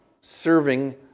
serving